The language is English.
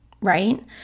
right